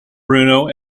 bruno